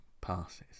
passes